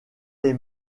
les